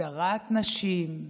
הדרת נשים,